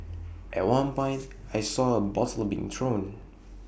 at one point I saw A bottle being thrown